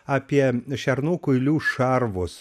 apie šernų kuilių šarvus